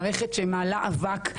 שמעלה אבק,